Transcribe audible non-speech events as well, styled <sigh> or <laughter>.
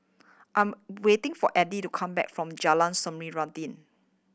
I am waiting for Eddie to come back from Jalan <unintelligible>